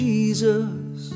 Jesus